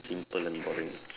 simple and boring ah